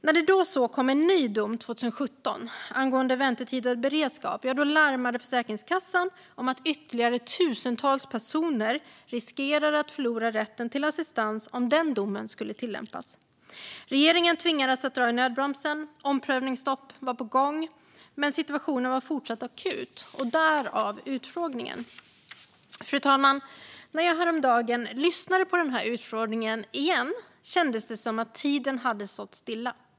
När det så kom en ny dom 2017 angående väntetid och beredskap larmade Försäkringskassan om att ytterligare tusentals personer riskerade att förlora rätten till assistans om den domen skulle tillämpas. Regeringen tvingades att dra i nödbromsen. Omprövningsstopp var på gång. Men situationen var fortsatt akut, och därav utfrågningen. Fru talman! När jag häromdagen lyssnade på utfrågningen igen kändes det som att tiden hade stått stilla.